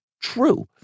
true